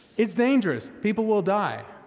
it's dangerous. people will die.